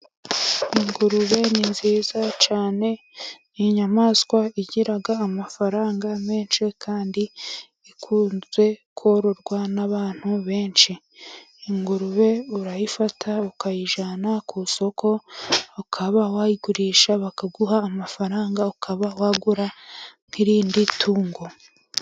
Ingurube ni nziza cyane ni inyamaswa igira amafaranga menshi, kandi ikunze kororwa n'abantu benshi, ingurube urayifata ukayijyana ku isoko, ukaba wayigurisha, bakaguha amafaranga, ukaba wagura nk'irindi tungo.